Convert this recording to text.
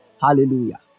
Hallelujah